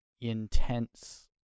intense